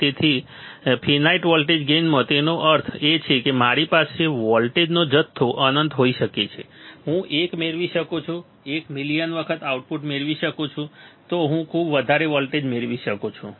તેથી finite voltage ગેઇનમાં તેનો અર્થ એ છે કે મારી પાસે વોલ્ટેજનો જથ્થો અનંત હોઈ શકે છે હું 1 મેળવી શકું છું 1 મિલિયન વખત આઉટપુટ મેળવી શકું છું તો હું ખૂબ વધારે વોલ્ટેજ મેળવી શકું છું